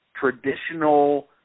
traditional